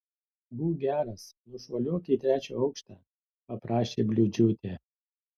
būk geras nušuoliuok į trečią aukštą paprašė bliūdžiūtė